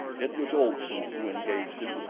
it was olson who engaged him,